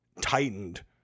tightened